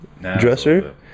dresser